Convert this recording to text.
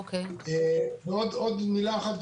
עוד מילה אחת,